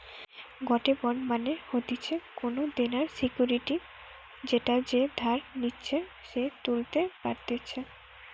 গটে বন্ড মানে হতিছে কোনো দেনার সিকুইরিটি যেটা যে ধার নিচ্ছে সে তুলতে পারতেছে